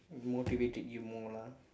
motivated you more lah